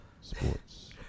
sports